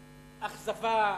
אכזבה,